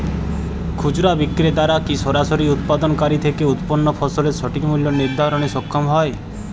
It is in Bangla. খুচরা বিক্রেতারা কী সরাসরি উৎপাদনকারী থেকে উৎপন্ন ফসলের সঠিক মূল্য নির্ধারণে সক্ষম হয়?